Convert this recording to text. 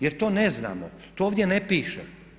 Jer to ne znamo, to ovdje ne piše.